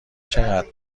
چقدر